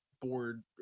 board